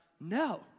No